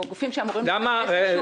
או גופים שאמורים להיכנס לשוק.